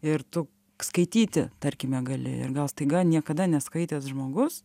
ir tu skaityti tarkime gali ir gal staiga niekada neskaitęs žmogus